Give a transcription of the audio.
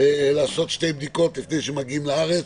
למה לא הכרחתם אנשים לעשות שתי בדיקות לפני שמגיעים לארץ,